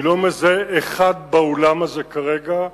אני לא מזהה אחד באולם הזה כרגע,